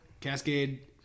cascade